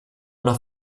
una